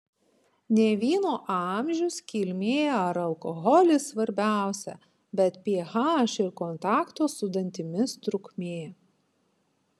ne vyno amžius kilmė ar alkoholis svarbiausia bet ph ir kontakto su dantimis trukmė